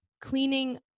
cleaning